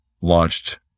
launched